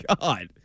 God